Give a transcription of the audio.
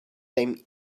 time